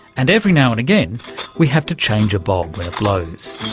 and every now and again we have to change a bulb when it blows.